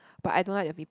but I don't like the people